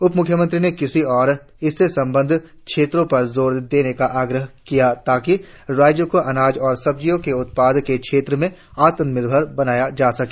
उप म्ख्यमंत्री ने कृषि और इससे संबद्ध क्षेत्रों पर जोर देने का आग्रह किया ताकि राज्य को अनाज और सब्जियों के उत्पादन के क्षेत्र में आत्मनिर्भर बनाया जा सके